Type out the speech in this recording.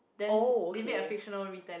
oh okay